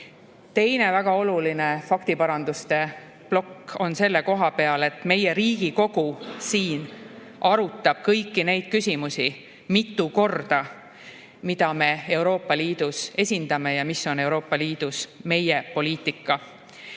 Teine väga oluline faktiparanduste plokk on selline. Meie Riigikogu siin arutab kõiki neid küsimusi mitu korda, mida me Euroopa Liidus esindame ja mis on Euroopa Liidus meie poliitika.